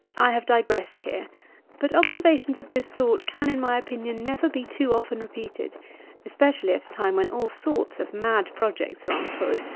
i have digressed here but observations of this sort can, in my opinion, never be too often repeated especially time when all sorts of mad projects are on foot,